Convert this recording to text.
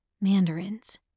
mandarins